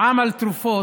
מע"מ על תרופות